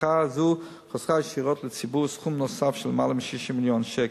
הפחתה זו חסכה ישירות לציבור סכום נוסף של למעלה מ-60 מיליון שקל.